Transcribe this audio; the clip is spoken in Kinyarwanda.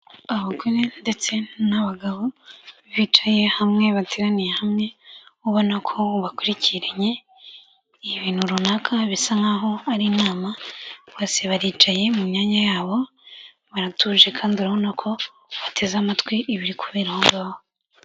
Abagore ndetse n'abagabo, bicaye hamwe bateraniye hamwe, ubona ko bakurikiranye ibintu runaka bisa nk'aho ari inama, bose baricaye mu myanya yabo, baratuje kandi urabona ko bateze amatwi ibiri kubera aho ngaho.